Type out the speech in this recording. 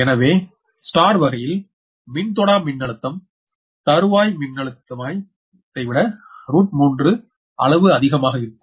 எனவே ஸ்டார் வகையில் மின்தொடா மின்னழுத்தம் தருவாய் மின்னழுத்ததாய் விட 3 அளவு அதிமாக இருக்கும்